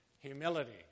Humility